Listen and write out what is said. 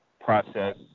process